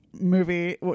movie